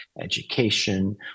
education